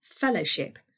fellowship